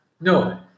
No